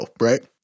Right